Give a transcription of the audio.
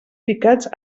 picats